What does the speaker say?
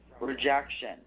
rejection